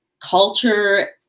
culture